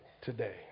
today